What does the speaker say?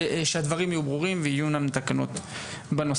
ושהדברים יהיו ברורים ויהיו לנו תקנות בנושא.